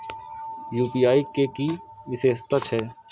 UPI के कि विषेशता छै?